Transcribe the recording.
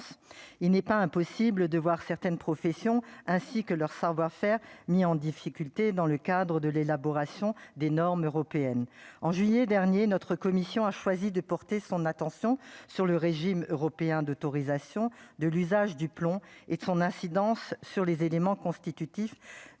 il n'est pas impossible de voir certaines professions ainsi que leur savoir-faire mis en difficulté dans le cadre de l'élaboration des normes européennes en juillet dernier, notre commission a choisi de porter son attention sur le régime européen d'autorisation de l'usage du plomb et son incidence sur les éléments constitutifs